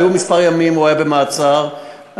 הוא היה במעצר כמה ימים,